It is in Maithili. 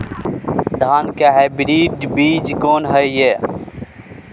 धान के हाइब्रिड बीज कोन होय है?